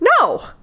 No